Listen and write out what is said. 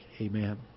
Amen